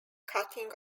cutting